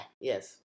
Yes